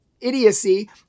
idiocy